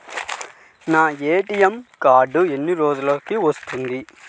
నా ATM card ఎన్ని రోజులకు వస్తుంది?